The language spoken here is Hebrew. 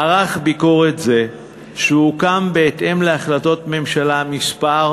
מערך ביקורת זה שהוקם בהתאם להחלטות ממשלה מס'